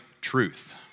truth